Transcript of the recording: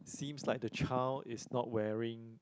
seems like the child is not wearing